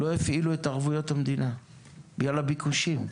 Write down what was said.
לא הפעילו את ערבויות המדינה בגלל הביקושים.